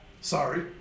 Sorry